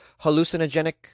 hallucinogenic